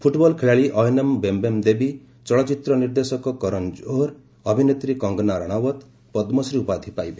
football ଖେଳାଳି ଅୟନେମ୍ ବେମ୍ବେମ୍ ଦେବୀ ଚଳଚ୍ଚିତ୍ର ନିର୍ଦ୍ଦେଶ କରନ ଜୋହର ଅଭିନେତ୍ରୀ କଙ୍ଗନା ରାଣାଓତ୍ ପଦ୍କଶ୍ରୀ ଉପାଧି ପାଇବେ